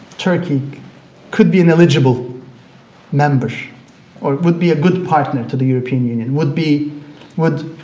turkey could be an eligible member or would be a good partner to the european union, would be would